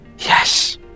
Yes